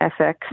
FX